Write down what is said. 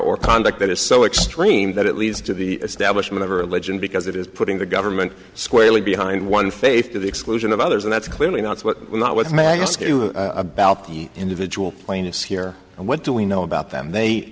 or conduct that is so extreme that it leads to the establishment of a religion because it is putting the government squarely behind one faith to the exclusion of others and that's clearly not what we're not with maggie about the individual plaintiffs here and what do we know about them they